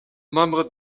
membre